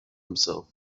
himself